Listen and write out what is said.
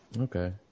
Okay